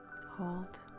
hold